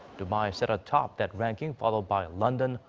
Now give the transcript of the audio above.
dubai sat atop that ranking, followed by london,